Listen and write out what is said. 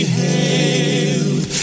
hailed